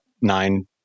nine